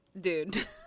dude